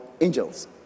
angels